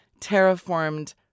terraformed